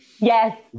Yes